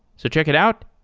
so check it out,